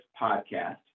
podcast